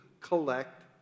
collect